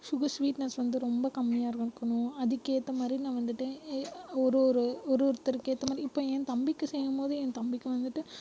sugar sweetness வந்து ரொம்ப கம்மியா இருக்கணும் அதுக்கேற்ற மாதிரி நான் வந்துட்டு ஒரு ஒரு ஒரு ஒருத்தருக்கேற்ற மாதிரி இப்போ என் தம்பிக்கு செய்யும்போது என் தம்பிக்கு வந்துட்டு